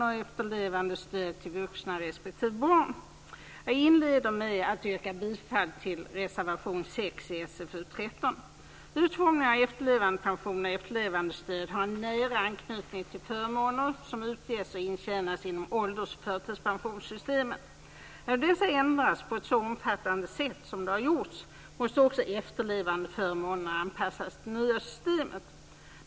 Jag inleder med att yrka bifall till reservation 6 i Utformningen av efterlevandepensioner och efterlevandestöd har nära anknytning till de förmåner som utges och intjänas inom ålders och förtidspensionssystemen. När nu dessa har ändrats på ett så omfattande sätt måste också efterlevandeförmånerna anpassas till det nya systemet.